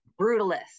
brutalist